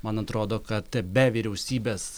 man atrodo kad be vyriausybės